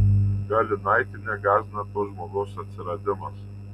galinaitienę gąsdina to žmogaus atsiradimas